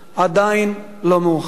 עדיין לא מאוחר.